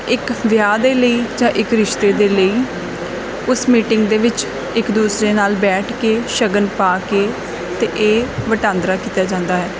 ਇੱਕ ਵਿਆਹ ਦੇ ਲਈ ਜਾਂ ਇੱਕ ਰਿਸ਼ਤੇ ਦੇ ਲਈ ਉਸ ਮੀਟਿੰਗ ਦੇ ਵਿੱਚ ਇੱਕ ਦੂਸਰੇ ਨਾਲ ਬੈਠ ਕੇ ਸ਼ਗਨ ਪਾ ਕੇ ਅਤੇ ਇਹ ਵਟਾਂਦਰਾ ਕੀਤਾ ਜਾਂਦਾ ਹੈ